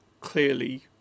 clearly